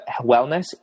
wellness